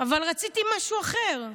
אבל רציתי משהו אחר.